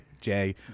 Jay